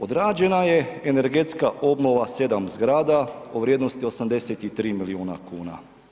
Odrađena je energetska obnova 7 zgrada u vrijednosti 83 milijuna kuna.